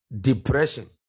depression